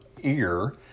ear